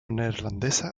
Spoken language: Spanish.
neerlandesa